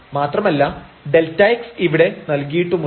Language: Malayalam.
മാത്രമല്ല Δx ഇവിടെ നൽകിയിട്ടുമുണ്ട്